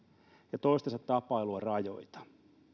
ja toistensa tapailua rajoita